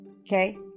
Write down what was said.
Okay